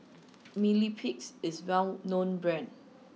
Mepilex is a well known brand